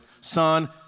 son